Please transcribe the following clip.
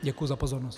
Děkuji za pozornost.